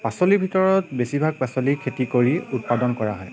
পাচলিৰ ভিতৰত বেছিভাগ পাচলি খেতি কৰি উৎপাদন কৰা হয়